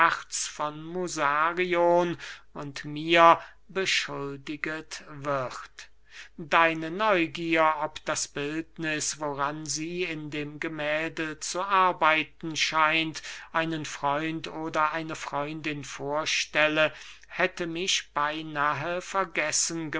musarion und mir beschuldigst wird deine neugier ob das bildniß woran sie in dem gemählde zu arbeiten scheint einen freund oder eine freundin vorstelle hätte mich beynahe vergessen